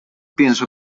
pienso